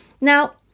Now